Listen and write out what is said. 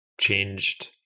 changed